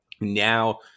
now